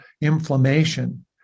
inflammation